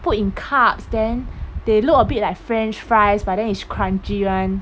put in cups then they look a bit like french fries but then it's crunchy one